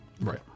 Right